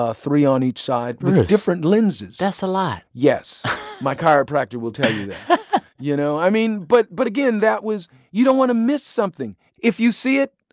ah three on each side, with different lenses that's a lot yes my chiropractor will tell you that you know, i mean but but again, that was you don't want to miss something. if you see it,